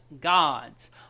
gods